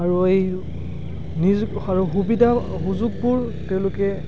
আৰু এই নিজ আৰু সুবিধা সুযোগবোৰ তেওঁলোকে